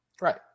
Right